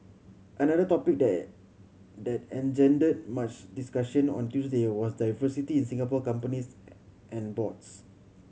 another topic that that engendered much discussion on Tuesday was diversity in Singapore companies and boards